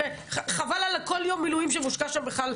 חבל על כל יום מילואים שמושקע שם בכלל,